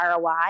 ROI